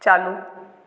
चालू